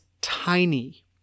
tiny